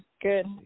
Good